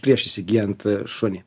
prieš įsigyjant šunį